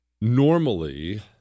normally